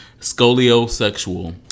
scoliosexual